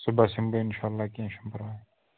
صبُحس یِمہٕ بہٕ اِنشاااللہ کیٚنٛہہ چھُنہٕ پَرواے